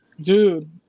Dude